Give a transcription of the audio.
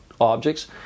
objects